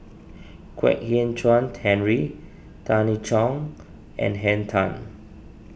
Kwek Hian Chuan Henry Tan I Tong and Henn Tan